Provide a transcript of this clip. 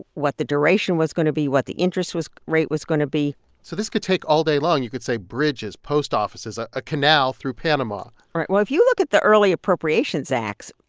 what the duration was going to be, what the interest rate was going to be so this could take all day long. you could say bridges, post offices, ah a canal through panama right. well, if you look at the early appropriations acts,